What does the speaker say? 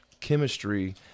chemistry –